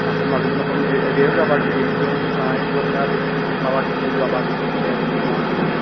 അപ്പം അതിന് അപ്പം വേറൊരു അവാർഡും കൂടി ഏറ്റോം പ്രായം കുറഞ്ഞ ബെസ്റ്റ് ഫിലിം അവാർഡ് കിട്ടിയൊരു അവാർഡും കൂടി കിട്ടിയായിരുന്നു ആ സമയത്ത്